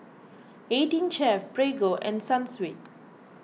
eighteen Chef Prego and Sunsweet